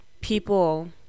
people